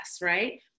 right